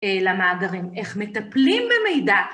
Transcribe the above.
למאגרים, איך מטפלים במידע